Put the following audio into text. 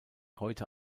heute